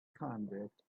convict